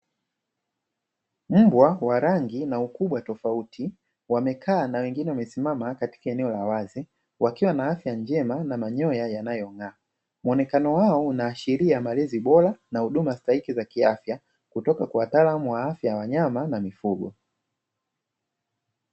Mbwa wa rangi na ukubwa tofauti wamekaa na wengine wamesimama katika eneo la wazi wakiwa na afya njema na manyoya yanayong'aa. Muonekano wao unaashiria malezi bora na huduma stahiki za kiafya kutoka kwa wataalamu wa afya, wanyama na mifugo.